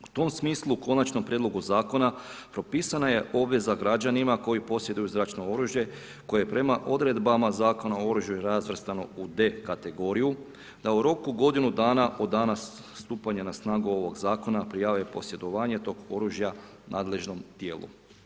U tom smislu u Konačnom prijedlogu zakona propisana je obveza građanima koji posjeduju zračno oružje koje prema odredbama Zakona o oružju je razvrstano u D kategoriju da u roku od godinu dana od dana stupanja na snagu ovoga zakona prijave posjedovanje tog oružja nadležnom tijelu.